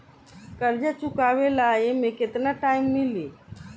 कर्जा चुकावे ला एमे केतना टाइम मिली?